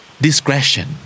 Discretion